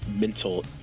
mental